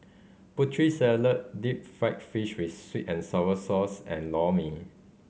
Putri Salad deep fried fish with sweet and sour sauce and Lor Mee